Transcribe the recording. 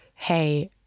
hey,